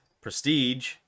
Prestige